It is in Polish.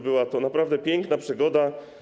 Była to naprawdę piękna przygoda.